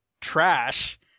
trash